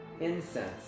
incense